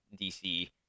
DC